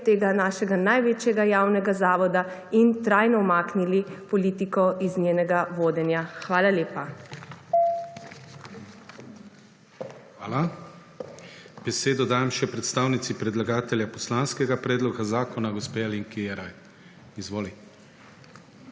tega našega največjega javnega zavoda in trajno umaknil politiko iz njenega vodenja. Hvala lepa. PODPREDSEDNIK DANIJEL KRIVEC: Hvala. Besedo dajem še predstavnici predlagatelja poslanskega predloga zakona gospe Alenki Jeraj. Izvolite.